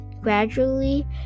gradually